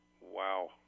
Wow